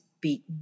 beaten